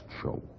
show